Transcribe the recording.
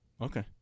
Okay